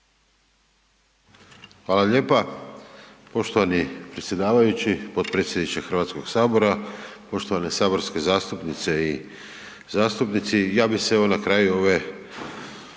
Hvala lijepa poštovani predsjedavajući, potpredsjedniče Hrvatskog sabora, poštovane saborske zastupnice i zastupnici. Ja bi se evo na kraju ove